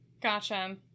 gotcha